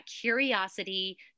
curiosity